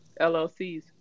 LLCs